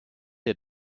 der